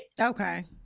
Okay